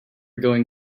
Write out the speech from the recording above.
going